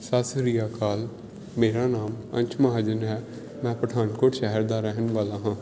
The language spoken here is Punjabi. ਸਤਿ ਸ਼੍ਰੀ ਅਕਾਲ ਮੇਰਾ ਨਾਮ ਅੰਸ਼ ਮਹਾਜਨ ਹੈ ਮੈਂ ਪਠਾਨਕੋਟ ਸ਼ਹਿਰ ਦਾ ਰਹਿਣ ਵਾਲਾ ਹਾਂ